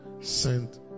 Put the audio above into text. sent